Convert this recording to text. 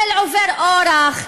של עובר אורח,